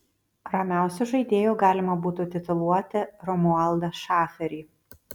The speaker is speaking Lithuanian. ramiausiu žaidėju galima būtų tituluoti romualdą šaferį